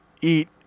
eat